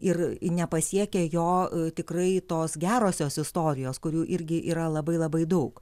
ir nepasiekia jo tikrai tos gerosios istorijos kurių irgi yra labai labai daug